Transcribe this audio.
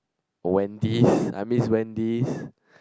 Wendy's I miss Wendy's